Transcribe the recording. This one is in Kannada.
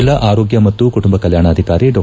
ಜಿಲ್ಲಾ ಆರೋಗ್ಯ ಮತ್ತು ಕುಟಂಬ ಕಲ್ಲಾಣಾಧಿಕಾರಿ ಡಾ